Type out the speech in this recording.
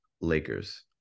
Lakers